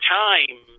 time